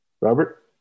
Robert